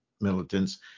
militants